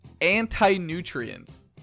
anti-nutrients